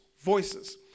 voices